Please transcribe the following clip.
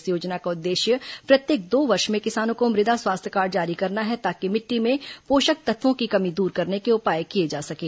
इस योजना का उद्देश्य प्रत्येक दो वर्ष में किसानों को मृदा स्वास्थ्य कार्ड जारी करना है ताकि मिट्टी में पोषक तत्वों की कमी दूर करने के उपाय किये जा सकें